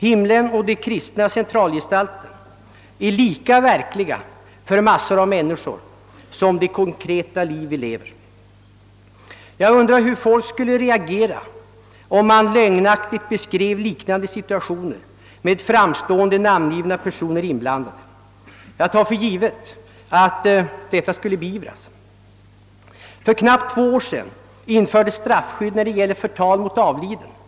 Himlen och de kristna centralgestalterna är för ett stort antal människor lika verkliga som det konkreta liv vi lever. Jag undrar hur folk skulle reagera, om man lögnaktigt beskrev liknande situationer med namngivna framstående personer inblandade. Jag tar för givet att detta skulle beivras. För knappt två år sedan infördes straffskydd när det gäller förtal av avliden person.